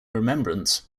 remembrance